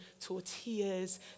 tortillas